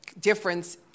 Difference